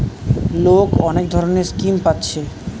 লোক অনেক ধরণের স্কিম পাচ্ছে